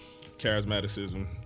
charismaticism